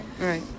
Right